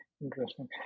Interesting